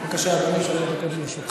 בבקשה, אדוני, שלוש דקות